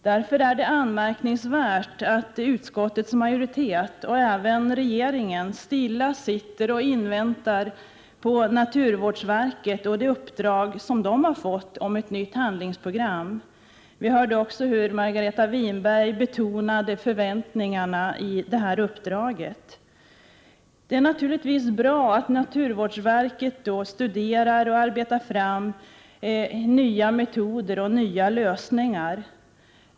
Därför är det anmärkningsvärt att utskottets majoritet och även regeringen stilla sitter och inväntar resultatet av det uppdrag som naturvårdsverket fått och som gäller ett nytt handlingsprogram. Jag hörde också att Margareta Winberg betonade förväntningarna på det uppdraget. Det är naturligtvis bra att naturvårdsverket studerar och arbetar fram nya metoder och nya lösningar.